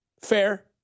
Fair